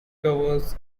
covers